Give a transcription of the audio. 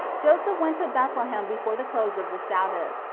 joseph went to bethlehem before the close of the sabbath,